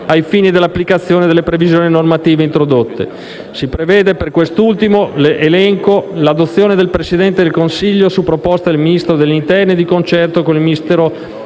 ai fini dell'applicazione delle previsioni normative introdotte. Si prevede per quest'ultimo elenco l'adozione con decreto del Presidente del Consiglio, su proposta del Ministro dell'interno e di concerto con il Ministro